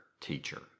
teacher